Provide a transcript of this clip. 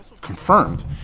confirmed